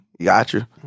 Gotcha